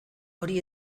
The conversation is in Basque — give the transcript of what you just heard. hori